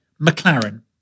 McLaren